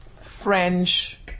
French